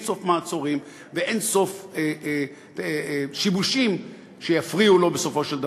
אין-סוף מעצורים ואין-סוף שיבושים שיפריעו לו בסופו של דבר,